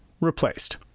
replaced